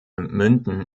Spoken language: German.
münden